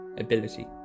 ability